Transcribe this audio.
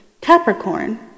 Capricorn